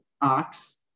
ox